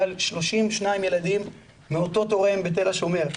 על 32 ילדים מאותו תורם בתל השומר.